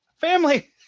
family